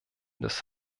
des